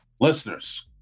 Listeners